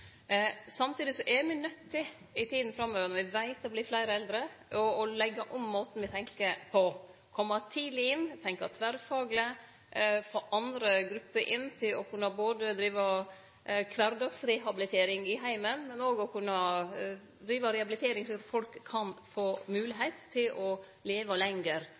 Samtidig er me i tida framover, når me veit at det vert fleire eldre, nøydde til å leggje om måten me tenkjer på: kome tidleg inn, tenkje tverrfagleg, få andre grupper inn ikkje berre til å kunne drive kvardagsrehabilitering i heimen, men òg til å kunne drive rehabilitering, slik at folk kan få moglegheit til å leve lenger